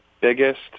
biggest